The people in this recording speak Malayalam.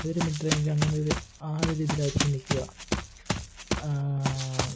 അതൊരു മിഡ്റേഞ്ച് അങ്ങനൊരു ആ ഒര് ഇതിലായിരിക്കും നിൽക്കുക